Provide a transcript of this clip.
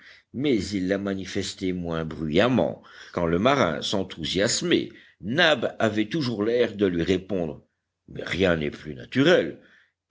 mais il la manifestait moins bruyamment quand le marin s'enthousiasmait nab avait toujours l'air de lui répondre mais rien n'est plus naturel